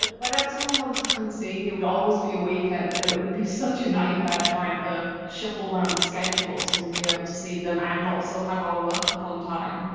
and whenever someone wanted to come and see me, it would always be a weekend, and it would be such a nightmare trying a shuffle around the schedule, so we'd be able to see them and also have our workup on time.